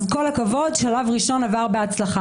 אז עם כל הכבוד, שלב ראשון עבר בהצלחה.